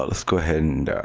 ah school and